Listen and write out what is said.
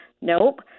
Nope